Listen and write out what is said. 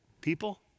People